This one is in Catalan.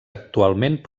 actualment